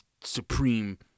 supreme